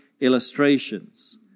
illustrations